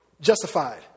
Justified